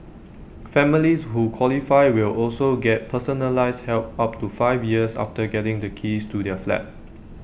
families who qualify will also get personalised help up to five years after getting the keys to their flat